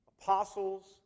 apostles